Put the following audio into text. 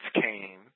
came